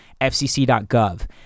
FCC.gov